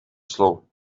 slow